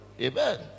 amen